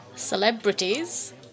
Celebrities